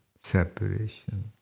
separation